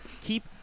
keep